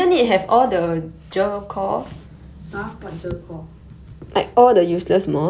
let me just press press press